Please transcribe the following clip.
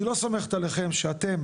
אני לא סומכת עליכם שאתם